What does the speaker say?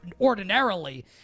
ordinarily